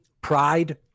pride